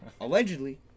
allegedly